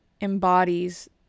embodies